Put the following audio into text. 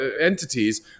entities